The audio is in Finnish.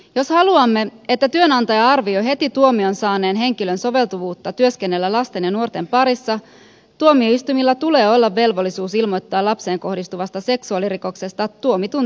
jos haluamme että työnantaja arvioi heti tuomion saaneen henkilön soveltuvuutta työskennellä lasten ja nuorten parissa tuomioistuimilla tulee olla velvollisuus ilmoittaa lapseen kohdistuvasta seksuaalirikoksesta tuomitun työnantajalle